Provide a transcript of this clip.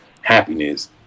happiness